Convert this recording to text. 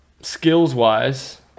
skills-wise